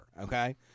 Okay